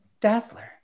Dazzler